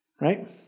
Right